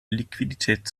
liquidität